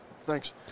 Thanks